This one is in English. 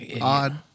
Odd